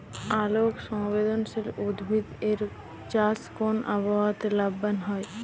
আলোক সংবেদশীল উদ্ভিদ এর চাষ কোন আবহাওয়াতে লাভবান হয়?